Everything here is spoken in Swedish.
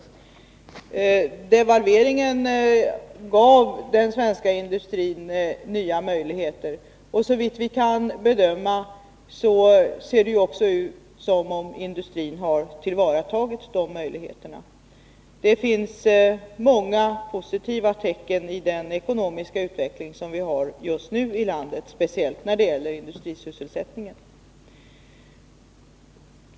Devalveringen gav den svenska industrin nya möjligheter, och såvitt vi kan bedöma ser det också ut som om industrin har tillvaratagit de möjligheterna. Det finns många positiva tecken i den ekonomiska utveckling som vi har just nu i landet, speciellt när det gäller industrisysselsättningen.